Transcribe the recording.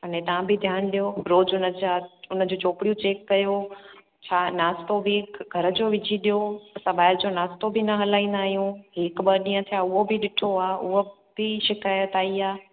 अने तव्हां बि ध्यानु ॾियो रोज़ु उन जा उन जूं चोपड़ियूं चेक कयो छा नाश्तो बि घर जो विझी ॾियो असां ॿाहिर जो नाश्तो बि न हलाईंदा आहियूं हिकु ॿ ॾींअं थिया उहो बि ॾिठो आहे उहे बि शिकायत आई आहे